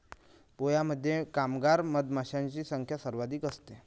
पोळ्यामध्ये कामगार मधमाशांची संख्या सर्वाधिक असते